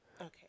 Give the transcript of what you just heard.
Okay